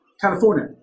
California